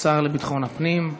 השר לביטחון הפנים.